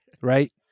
right